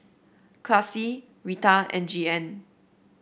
Classie Rita and Jeanne